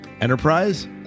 Enterprise